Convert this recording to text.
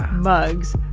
mugs.